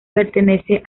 pertenece